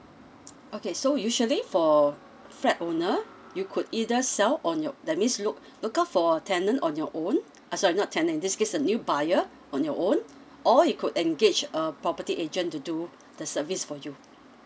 okay so usually for flat owner you could either sell on your that means look look out for tenant on your own uh sorry not tenant in this case a new buyer on your own or you could engage a property agent to do the service for you